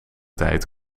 tijd